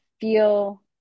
feel